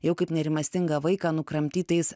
jau kaip nerimastingą vaiką nukramtytais